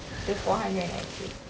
with four hundred and ninety eight